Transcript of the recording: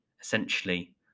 essentially